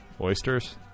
Oysters